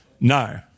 No